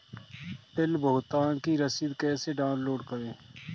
Bill भुगतान की रसीद कैसे डाउनलोड करें?